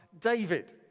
David